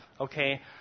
okay